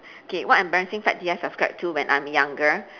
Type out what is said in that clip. okay what embarrassing fad did I subscribe to when I'm younger